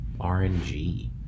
RNG